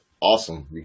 awesome